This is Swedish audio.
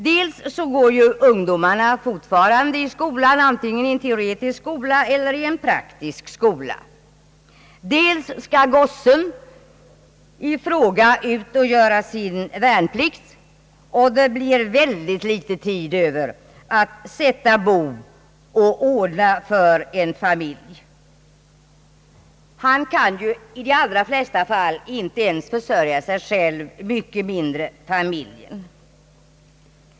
Dels går ju ungdomarna då fortfarande i skola — antingen en teoretisk skola eller en praktisk skola — dels skall gossen ut och göra sin värnplikt, och det blir väldigt liten tid över för honom att sätta bo och ordna för familj. Han kan ju i de allra flesta fall inte ens försörja sig själv och mycket mindre en familj.